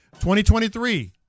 2023